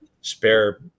spare